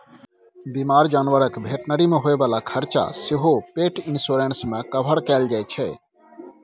बीमार जानबरक भेटनरी मे होइ बला खरचा सेहो पेट इन्स्योरेन्स मे कवर कएल जाइ छै